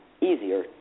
easier